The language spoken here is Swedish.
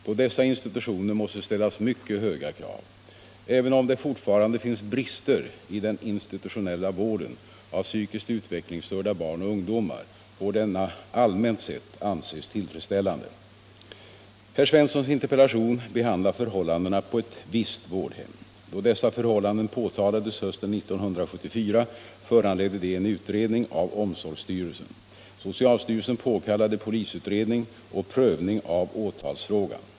På dessa institutioner måste ställas mycket höga krav. Även om det fortfarande finns brister i den institutionella vården av psykiskt utvecklingsstörda barn och ungdomar får denna allmänt sett anses tillfredsställande. Herr Svenssons interpellation behandlar förhållandena på ett visst vårdhem. Då dessa förhållanden påtalades hösten 1974 föranledde de en utredning av omsorgsstyrelsen. Socialstyrelsen påkallade polisutredning och prövning av åtalsfrågan.